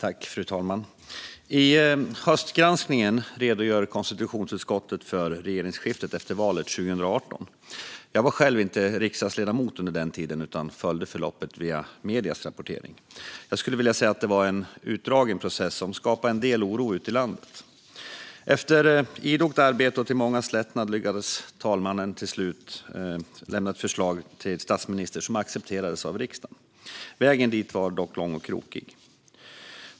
Fru talman! I höstgranskningen redogör konstitutionsutskottet för regeringsskiftet efter valet 2018. Jag var själv inte riksdagsledamot under den tiden utan följde förloppet via mediernas rapportering. Jag skulle vilja säga att det var en utdragen process som skapade en del oro ute i landet. Efter idogt arbete och till mångas lättnad lyckades talmannen till slut lämna ett förslag till statsminister som accepterades av riksdagen. Vägen dit var dock lång och krokig.